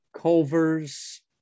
Culver's